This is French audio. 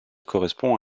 correspond